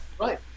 Right